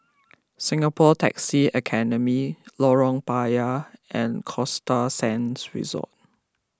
Singapore Taxi Academy Lorong Payah and Costa Sands Resort